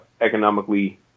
economically